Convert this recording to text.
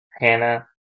Hannah